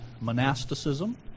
monasticism